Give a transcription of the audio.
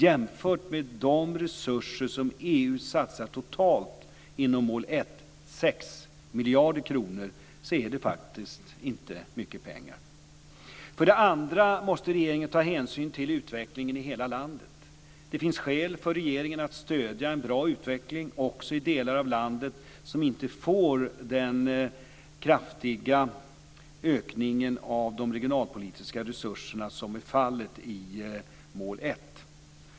Jämfört med de resurser som EU satsar totalt inom mål 1 - 6 miljarder kronor - är det faktiskt inte mycket pengar. För det andra måste regeringen ta hänsyn till utvecklingen i hela landet. Det finns skäl för regeringen att stödja en bra utveckling också i delar av landet som inte får den kraftiga ökning av de regionalpolitiska resurserna som är fallet i mål 1.